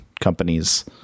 companies